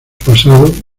pasado